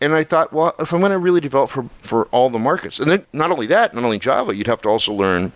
and i thought, well, if i'm going to really develop from all the markets and not only that, not only java. you'd have to also learn